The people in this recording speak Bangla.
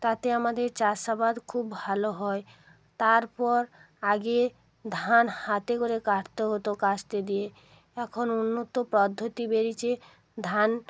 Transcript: তাতে আমাদের চাষাবাদ খুব ভালো হয় তারপর আগে ধান হাতে করে কাটতে হতো কাস্তে দিয়ে এখন উন্নত পদ্ধতি বেরিছে ধান